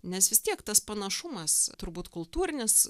nes vis tiek tas panašumas turbūt kultūrinis